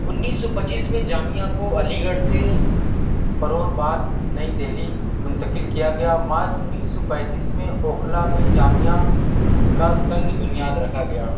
انیس سو پچیس میں جامعہ کو علی گڑھ سے قرول باغ نئی دہلی منتقل کیا گیا مارچ انیس سو پینتیس میں اوکھلا میں جامعہ کا سنگ بنیاد رکھا گیا